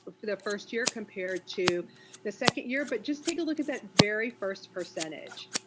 for the first year compared to the second year. but just take a look at that very first percentage.